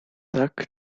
tak